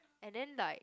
and then like